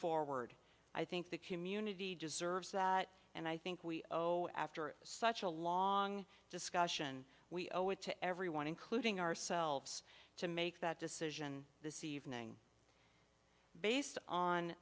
forward i think the community deserves that and i think we owe after such a long discussion we owe it to everyone including ourselves to make that decision this evening based on